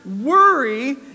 worry